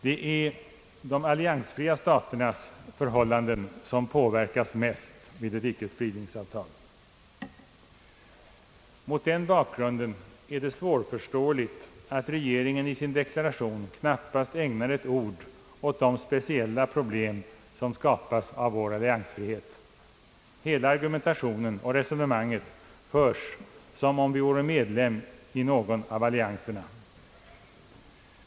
Det är de alliansfria staternas förhållanden som påverkas mest av ett icke-spridningsavtal. Mot den bakgrunden är det svårförståeligt att regeringen i sin deklaration knappast ägnar ett ord åt de speciella problem som skapas av vår alliansfrihet. Hela argumentationen och resonemanget förs, som om vi vore medlem i någon av allianserna.